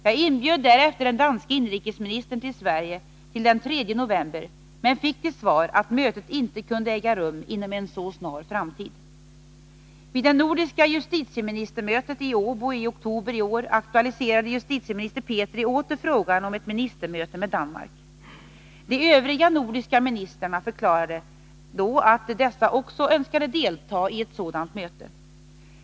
Jag inbjöd därefter den danske inrikesministern till Sverige till den 3 november, men fick till svar att mötet inte kunde äga rum inom en så snar framtid. Vid det nordiska justitieministermötet i Åbo i oktober i år aktualiserade justitieminister Petri åter frågan om ett ministermöte med Danmark. De övriga nordiska ministrarna förklarade då att de också önskade delta i ett sådant möte.